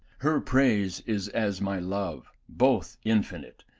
her praise is as my love, both infinite,